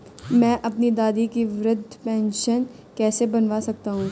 मैं अपनी दादी की वृद्ध पेंशन कैसे बनवा सकता हूँ?